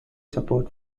support